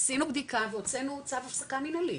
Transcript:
עשינו בדיקה והוצאנו צו הפסקה מנהלי,